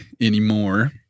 anymore